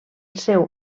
seu